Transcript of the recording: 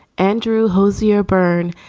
andrew hozier bern,